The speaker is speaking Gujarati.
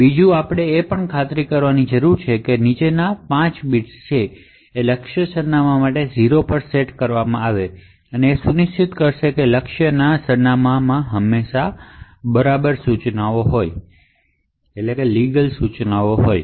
બીજું આપણે એ પણ ખાતરી કરવાની જરૂર છે કે ટાર્ગેટ સરનામાંના નીચલા 5 બિટ્સ 0 પર સેટ છે જેથી એ સુનિશ્ચિત થાય કે ટાર્ગેટ સરનામાં હંમેશા લીગલ ઇન્સટ્રકશન હોય